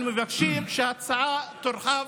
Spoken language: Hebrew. אנחנו מבקשים שהצעת החוק תורחב,